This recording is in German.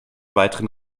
weiteren